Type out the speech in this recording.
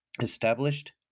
established